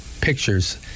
pictures